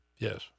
Yes